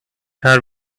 her